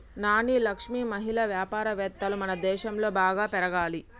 నాని లక్ష్మి మహిళా వ్యాపారవేత్తలు మనదేశంలో బాగా పెరగాలి